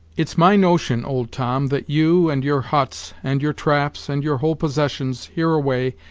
it's my notion, old tom, that you, and your huts, and your traps, and your whole possessions, hereaway,